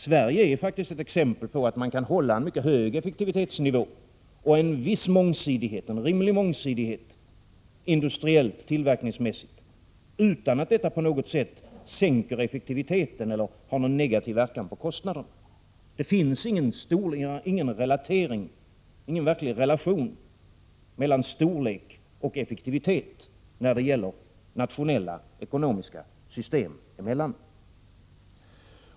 Sverige är faktiskt ett exempel på att man kan hålla en mycket hög effektivitetsnivå och en rimlig mångsidighet industriellt och tillverkningsmässigt utan att detta på något sätt sänker effektiviteten eller har någon negativ verkan på kostnaderna. Det finns ingen verklig relation mellan storlek och effektivitet nationella ekonomiska system emellan.